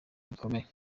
bikomeye